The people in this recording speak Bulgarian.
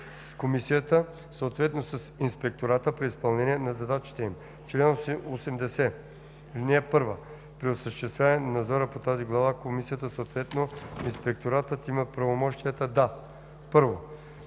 с комисията, съответно с инспектората при изпълнението на задачите им. Чл. 80. (1) При осъществяване на надзора по тази глава комисията, съответно инспекторатът има правомощия да: 1.